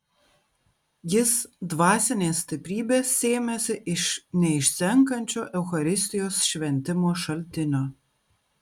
jis dvasinės stiprybės sėmėsi iš neišsenkančio eucharistijos šventimo šaltinio